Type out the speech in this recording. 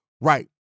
right